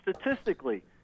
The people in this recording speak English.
statistically